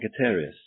Sagittarius